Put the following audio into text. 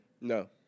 No